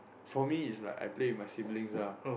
for me it's like I play with my siblings ah